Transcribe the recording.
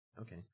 Okay